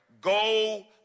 go